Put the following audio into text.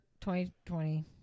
2020